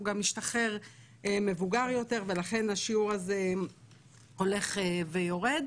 הוא גם משתחרר מבוגר יותר ולכן השיעור הזה הולך ויורד.